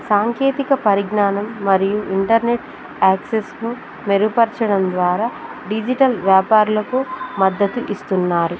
సాంకేతిక పరిజ్ఞానం మరియు ఇంటర్నెట్ యాక్సెస్ను మెరుగుపరచడం ద్వారా డిజిటల్ వ్యాపారులకు మద్దతు ఇస్తున్నారు